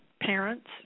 parents